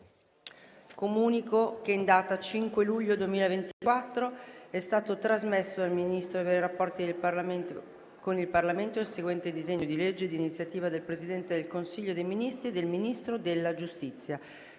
Comunico che in data 5 luglio 2024 è stato trasmesso dal Ministro per i rapporti con il Parlamento il seguente disegno di legge di iniziativa del Presidente del Consiglio dei ministri e del Ministro della giustizia: